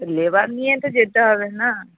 labour নিয়ে তো যেতে হবে না